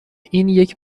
اینیک